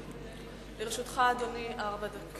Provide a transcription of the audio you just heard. לרשותך, אדוני, ארבע דקות.